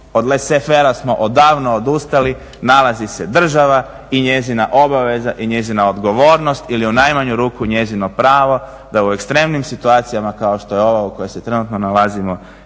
razumije./… smo odavno odustali, nalazi se država i njezina obaveza i njezina odgovornost ili u najmanju ruku njezino pravo da u ekstremnim situacijama kao što je ova u kojoj se trenutno nalazimo